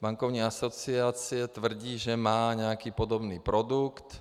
Bankovní asociace tvrdí, že má nějaký podobný produkt.